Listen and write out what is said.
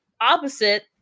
opposite